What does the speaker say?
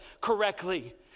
correctly